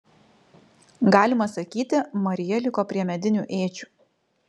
galima sakyti marija liko prie medinių ėdžių